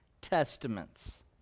testaments